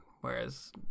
whereas